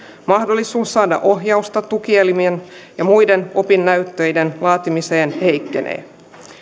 mahdollisuus saada ohjausta tutkielmien ja muiden opinnäytetöiden laatimiseen heikkenee